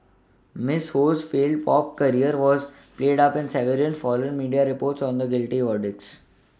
Miss Ho's failed pop career was played up in several foreign media reports on the guilty verdicts